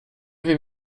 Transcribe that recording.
wiem